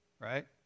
right